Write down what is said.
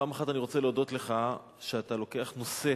פעם אחת אני רוצה להודות לך על שאתה לוקח נושא